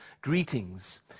greetings